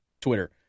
Twitter